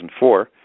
2004